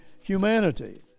humanity